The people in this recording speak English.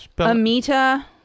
Amita